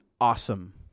awesome